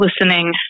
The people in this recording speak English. listening